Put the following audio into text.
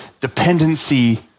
dependency